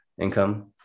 income